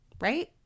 right